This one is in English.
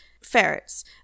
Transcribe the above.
ferrets